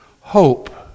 Hope